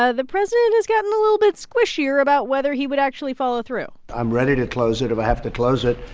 ah the president has gotten a little bit squishier about whether he would actually follow through i'm ready to close it if i have to close it.